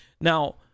Now